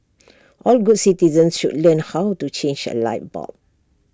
all good citizens should learn how to change A light bulb